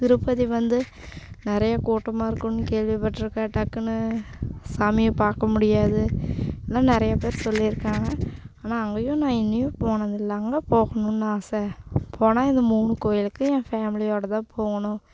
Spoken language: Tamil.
திருப்பதி வந்து நிறையா கூட்டமாக இருக்கும்னு கேள்விப்பட்டுருக்கேன் டக்குனு சாமியை பார்க்க முடியாது எல்லாம் நிறைய பேர் சொல்லியிருக்காங்க ஆனால் அங்கேயும் நான் இன்னையும் போனது இல்லை அங்கே போகணும்னு ஆசை போனால் இது மூணு கோவிலுக்கு என் ஃபேமிலியோடய தான் போகணும்